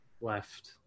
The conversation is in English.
left